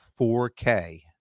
4k